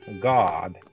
God